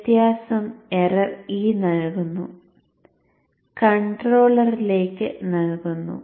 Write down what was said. വ്യത്യാസം error e നൽകുന്നു